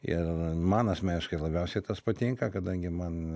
ir man asmeniškai labiausiai tas patinka kadangi man